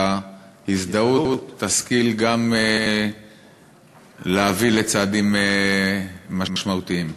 תשכיל גם להביא לצעדים משמעותיים.